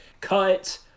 Cut